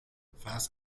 فرض